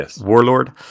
warlord